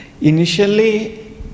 initially